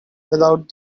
without